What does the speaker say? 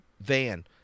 van